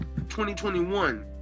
2021